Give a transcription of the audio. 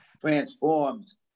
transforms